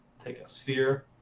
take a sphere.